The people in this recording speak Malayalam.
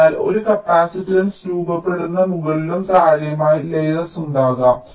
അതിനാൽ ഒരു കപ്പാസിറ്റൻസ് രൂപപ്പെടുന്ന മുകളിലും താഴെയുമായി ലേയേർസ് ഉണ്ടാകാം